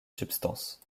substance